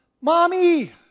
Mommy